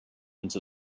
into